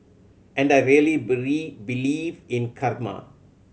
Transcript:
and I really believe in karma